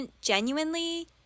genuinely